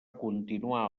continuar